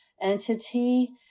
entity